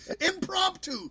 Impromptu